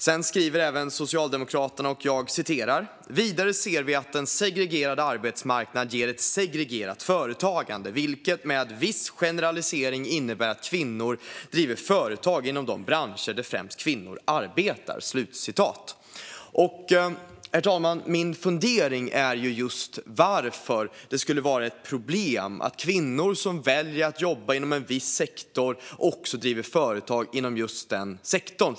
Sedan skriver Socialdemokraterna även: "Vidare ser vi att en segregerad arbetsmarknad ger ett segregerat företagande, vilket med viss generalisering innebär att kvinnor driver företag inom de branscher där främst kvinnor arbetar." Herr talman! Min fundering är varför det skulle vara ett problem att kvinnor som väljer att jobba inom en viss sektor också driver företag inom just denna sektor.